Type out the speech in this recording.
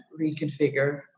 reconfigure